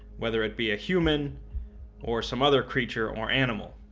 whether it be a human or some other creature or animal.